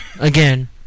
Again